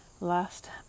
Last